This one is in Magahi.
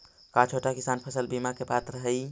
का छोटा किसान फसल बीमा के पात्र हई?